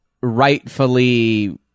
rightfully